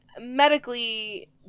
medically